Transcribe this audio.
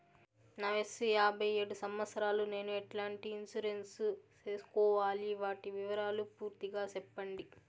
నా వయస్సు యాభై ఏడు సంవత్సరాలు నేను ఎట్లాంటి ఇన్సూరెన్సు సేసుకోవాలి? వాటి వివరాలు పూర్తి గా సెప్పండి?